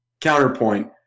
counterpoint